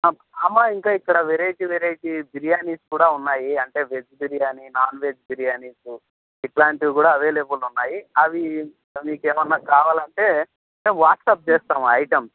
అమ్మ ఇంకా ఇక్కడ వెరైటీ వెరైటీ బిర్యానీస్ కూడా ఉన్నాయి అంటే వెజ్ బిర్యానీ నాన్వెజ్ బిర్యానీసు ఇట్లాంటివి గూడా అవైలబుల్ ఉన్నాయి అవి మీకేమన్నా కావాలంటే అంటే వాట్సప్ చేస్తాం ఐటమ్స్